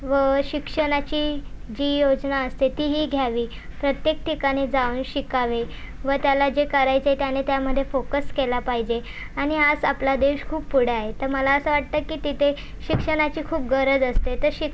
व शिक्षणाची जी योजना असते तीही घ्यावी प्रत्येक ठिकाणी जाऊन शिकावे व त्याला जे करायचे त्यानी त्यामध्ये फोकस केला पाहिजे आणि आज आपला देश खूप पुढे आहे तर मला असं वाटतं की तिथे शिक्षणाची खूप गरज असते तर शिक